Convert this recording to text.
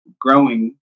growing